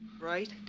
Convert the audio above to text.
right